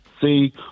See